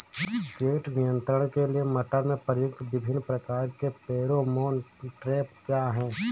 कीट नियंत्रण के लिए मटर में प्रयुक्त विभिन्न प्रकार के फेरोमोन ट्रैप क्या है?